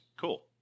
Cool